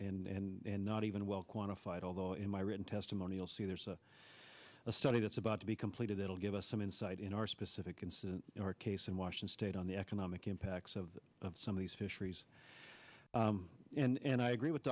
and not even well quantified although in my written testimony you'll see there's a study that's about to be completed that will give us some insight in our specific incident in our case in washington state on the economic impacts of some of these fisheries and i agree with